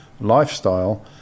lifestyle